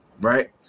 Right